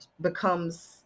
becomes